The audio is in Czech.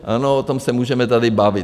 Ano, o tom se můžeme tady bavit.